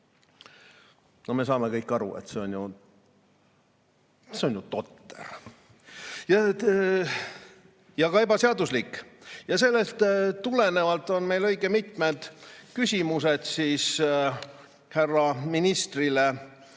Me saame kõik aru, et see on ju totter. Ja ka ebaseaduslik. Ja sellest tulenevalt on meil õige mitu küsimust härra ministrile.